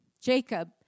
Jacob